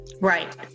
right